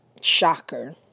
shocker